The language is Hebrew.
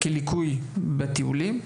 כליקוי בטיולים.